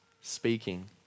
speaking